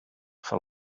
for